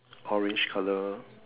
orange colour